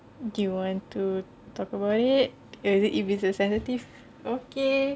do you want to talk about it is it even sensitive okay